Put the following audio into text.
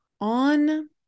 on